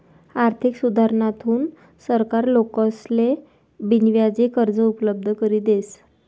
आर्थिक सुधारणाथून सरकार लोकेसले बिनव्याजी कर्ज उपलब्ध करी देस